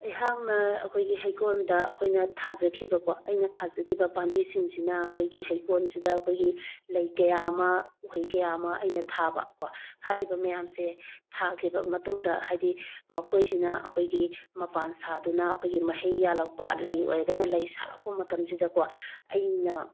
ꯑꯩꯍꯥꯛꯅ ꯑꯩꯈꯣꯏꯒꯤ ꯍꯩꯀꯣꯜꯗ ꯑꯩꯈꯣꯏꯅ ꯊꯥꯖꯈꯤꯕ ꯀꯣ ꯑꯩꯅ ꯊꯥꯖꯈꯤꯕ ꯄꯥꯝꯕꯤꯁꯤꯡꯁꯤꯅ ꯑꯩꯈꯣꯏꯒꯤ ꯍꯩꯀꯣꯜꯁꯤꯗ ꯑꯩꯈꯣꯏꯒꯤ ꯂꯩ ꯀꯌꯥ ꯑꯃ ꯎꯍꯩ ꯀꯌꯥ ꯑꯃ ꯑꯩꯅ ꯊꯥꯕ ꯀꯣ ꯍꯥꯏꯔꯤꯕ ꯃꯌꯥꯝꯁꯦ ꯊꯥꯈꯤꯕ ꯃꯇꯨꯡꯗ ꯍꯥꯏꯗꯤ ꯃꯈꯣꯏꯁꯤꯅ ꯑꯩꯈꯣꯏꯒꯤ ꯃꯄꯥꯜ ꯁꯥꯗꯨꯅ ꯑꯩꯈꯣꯏꯒꯤ ꯃꯍꯩ ꯌꯥꯜꯂꯛꯄ ꯂꯩ ꯑꯣꯏꯔꯒꯅ ꯂꯩ ꯁꯥꯠꯂꯛꯄ ꯃꯇꯝꯁꯤꯗꯀꯣ ꯑꯩꯅ